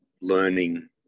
Learning